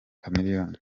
chameleone